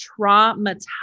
traumatized